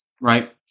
right